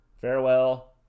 Farewell